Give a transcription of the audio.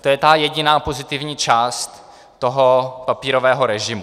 to je ta jediná pozitivní část toho papírového režimu.